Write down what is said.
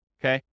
okay